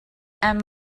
and